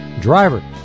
driver